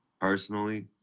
personally